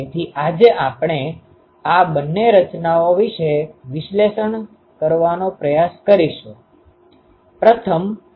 તેથી આજે આપણે આ બંને રચનાઓ વિશે વિશ્લેષણ કરવાનો પ્રયાસ કરીશું